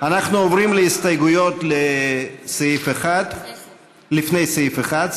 אנחנו עוברים להסתייגויות לפני סעיף 1,